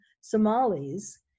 Somalis